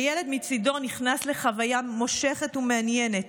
הילד מצידו נכנס לחוויה מושכת ומעניינת.